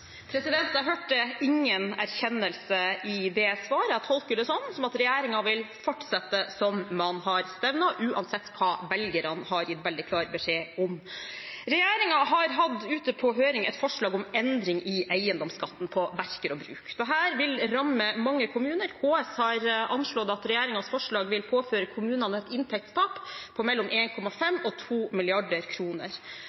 Jeg hørte ingen erkjennelse i det svaret. Jeg tolker det som at regjeringen vil fortsette slik man har stevnet, uansett hva velgerne har gitt veldig klar beskjed om. Regjeringen har hatt ute på høring et forslag om endring i eiendomsskatten på verk og bruk. Dette vil ramme mange kommuner. KS har anslått at regjeringens forslag vil påføre kommunene et inntektstap på mellom